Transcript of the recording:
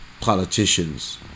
politicians